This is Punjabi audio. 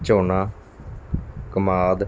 ਝੋਨਾ ਕਮਾਦ